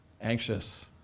anxious